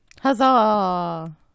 Huzzah